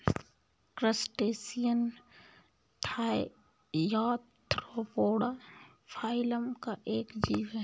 crustacean arthropoda phylum का एक जीव है